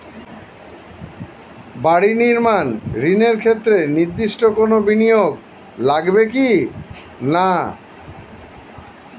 বাড়ি নির্মাণ ঋণের ক্ষেত্রে নির্দিষ্ট কোনো বিনিয়োগ লাগবে কি না?